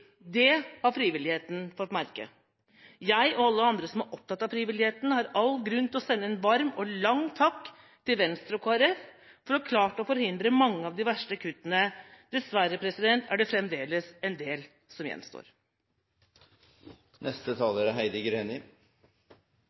Det har frivilligheten fått merke. Jeg og alle andre som er opptatt av frivilligheten, har all grunn til å sende en stor og varm takk til Venstre og Kristelig Folkeparti som har klart å forhindre mange av de verste kuttene. Dessverre er det fremdeles en del som